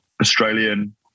Australian